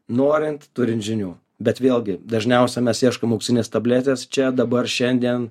norint turint žinių bet vėlgi dažniausia mes ieškom auksinės tabletės čia dabar šiandien